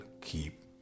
keep